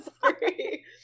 Sorry